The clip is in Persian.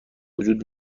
وجود